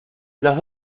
los